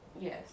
Yes